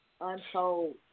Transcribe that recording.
untold